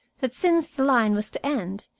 that since the line was to end,